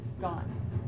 gone